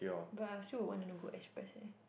but I still would want them to go express eh